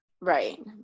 Right